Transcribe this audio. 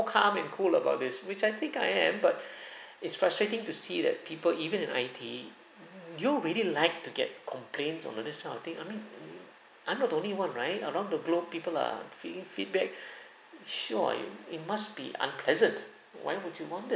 calm and cool about this which I think I am but it's frustrating to see that people even in I_T you all really like to get complaints on this kind of thing I mean I'm not only one right around the globe people are feeding feedback sure ah you it must be unpleasant why would you want this